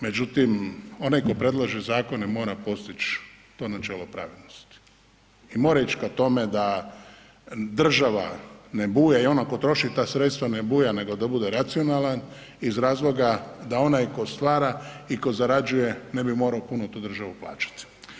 Međutim, onaj ko predlaže zakone mora postić to načelo pravednosti i mora ić ka tome da država ne buja i on ako troši ta sredstva ne buja, nego da bude racionalan iz razloga da onaj tko stvara i ko zarađuje ne bi moro puno tu državu plaćati.